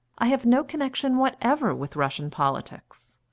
i have no connection whatever with russian politics.